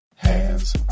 hands